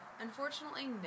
Unfortunately